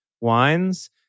Wines